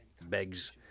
begs